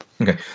Okay